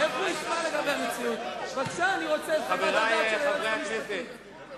אני רוצה חוות דעת של היועצת המשפטית.